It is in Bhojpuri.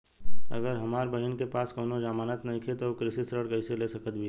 अगर हमार बहिन के पास कउनों जमानत नइखें त उ कृषि ऋण कइसे ले सकत बिया?